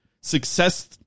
success